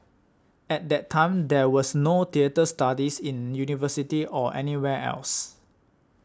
at that time there was no theatre studies in university or anywhere else